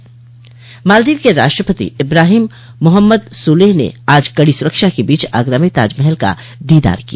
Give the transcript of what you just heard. मालदीव के राष्ट्रपति इब्राहिम मोहम्मद सोलह ने आज कड़ी सुरक्षा के बीच आगरा में ताजमहल का दीदार किया